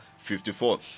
54